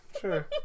sure